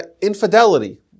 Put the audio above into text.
infidelity